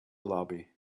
lobby